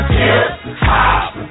hip-hop